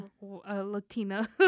Latina